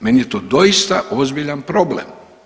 Meni je to doista ozbiljan problem.